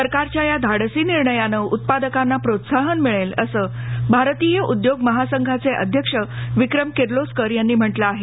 सरकारच्या या धाडसी निर्णयान उत्पादकांना प्रोत्साहन मिळेल असं भारतीय उद्योग महासंघाचे अध्यक्ष विक्रम किर्लोस्कर यांनी म्हटलं आहे